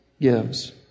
gives